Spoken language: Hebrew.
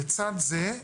לצד זה,